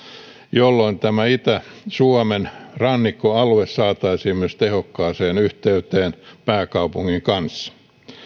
jolloin tämä itä suomen rannikkoalue saataisiin myös tehokkaaseen yhteyteen pääkaupungin kanssa